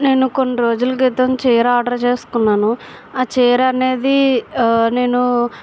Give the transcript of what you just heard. నేను కొన్ని రోజులు క్రితం చీర ఆర్డర్ చేసుకున్నాను ఆ చీర అనేది నేను